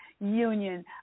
Union